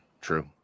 True